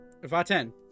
Vaten